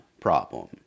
problem